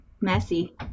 messy